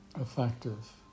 effective